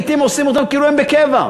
לעתים עושים אותם כאילו הם בקבע.